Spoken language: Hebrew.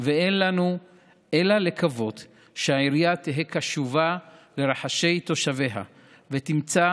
ואין לנו אלא לקוות שהעירייה תהא קשובה לרחשי תושביה ותמצא